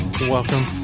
Welcome